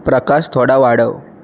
प्रकाश थोडा वाढव